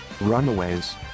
Runaways